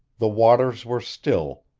the waters were still,